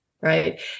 Right